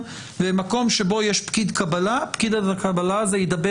במקום שבו יש פקיד קבלה פקיד הקבלה הזה ידבר